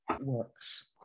works